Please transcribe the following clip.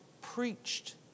preached